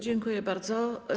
Dziękuję bardzo.